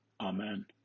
Amen